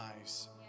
eyes